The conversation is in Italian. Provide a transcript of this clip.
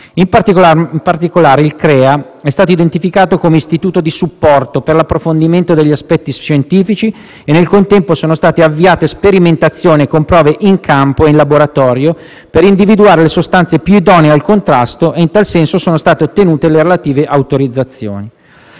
In particolare, il CREA è stato identificato come istituto di supporto per l'approfondimento degli aspetti scientifici e, nel contempo, sono state avviate sperimentazioni con prove in campo e in laboratorio, per individuare le sostanze più idonee al contrasto (in tal senso, sono state ottenute le relative autorizzazioni).